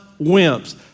wimps